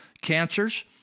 cancers